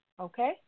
Okay